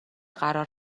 قرار